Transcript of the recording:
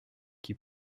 qui